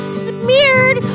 smeared